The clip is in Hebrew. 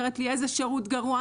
אומרת לי: איזה שירות גרוע,